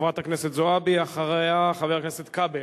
חברת הכנסת זועבי, אחריה חבר הכנסת כבל,